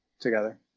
Together